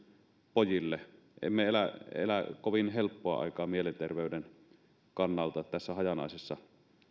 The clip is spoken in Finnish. pojille emme elä kovin helppoa aikaa mielenterveyden kannalta tässä hajanaisessa